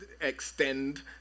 extend